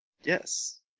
yes